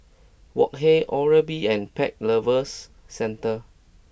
Wok Hey Oral B and Pet Lovers Centre